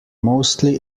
mostly